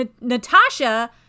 Natasha